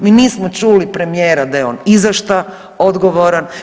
Mi nismo čuli premijera da je on i za šta odgovoran.